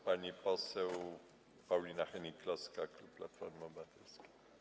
Pani poseł Paulina Hennig-Kloska, klub Platformy Obywatelskiej.